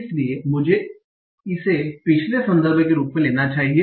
इसलिए मुझे इसे पिछले संदर्भ के रूप में लेना चाहिए